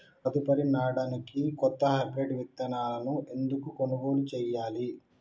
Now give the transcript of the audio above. తదుపరి నాడనికి కొత్త హైబ్రిడ్ విత్తనాలను ఎందుకు కొనుగోలు చెయ్యాలి?